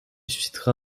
suscitera